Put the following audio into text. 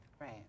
Right